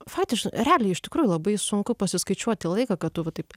faktiškai realiai iš tikrųjų labai sunku pasiskaičiuoti laiką kad tu va taip